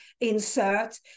insert